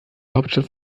hauptstadt